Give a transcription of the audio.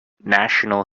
national